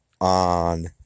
on